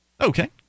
Okay